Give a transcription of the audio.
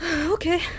Okay